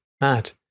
mad